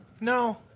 No